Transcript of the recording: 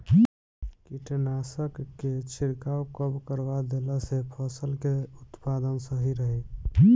कीटनाशक के छिड़काव कब करवा देला से फसल के उत्पादन सही रही?